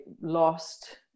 lost